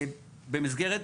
במסגרת,